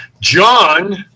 john